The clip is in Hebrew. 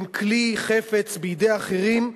הן כלי חפץ בידי אחרים,